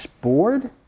board